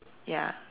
ya